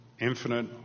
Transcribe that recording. infinite